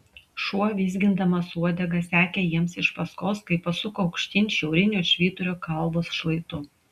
šuo vizgindamas uodega sekė jiems iš paskos kai pasuko aukštyn šiauriniu švyturio kalvos šlaitu